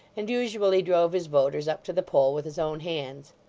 and usually drove his voters up to the poll with his own hands.